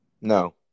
No